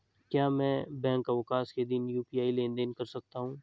क्या मैं बैंक अवकाश के दिन यू.पी.आई लेनदेन कर सकता हूँ?